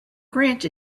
grant